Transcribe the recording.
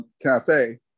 Cafe